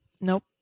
nope